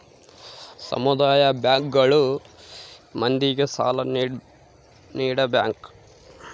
ಸಮುದಾಯ ಬ್ಯಾಂಕ್ ಗಳು ಮಂದಿಗೆ ಸಾಲ ನೀಡ ಬ್ಯಾಂಕ್